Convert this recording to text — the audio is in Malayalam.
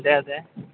അതെ അതെ